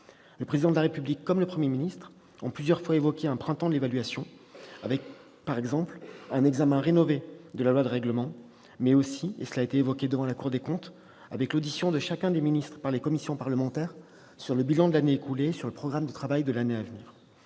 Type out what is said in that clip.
Le Président de la République et le Premier ministre ont plusieurs fois évoqué un « printemps de l'évaluation », par exemple avec un examen rénové de la loi de règlement, mais aussi- cette piste a été envisagée devant la Cour des comptes -avec l'audition de chacun des ministres par les commissions parlementaires sur le bilan de l'année écoulée et sur le programme de travail de l'année à venir.